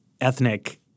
ethnic